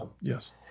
Yes